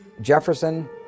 Jefferson